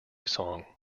song